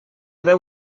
deu